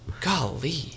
Golly